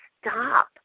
stop